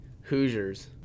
Hoosiers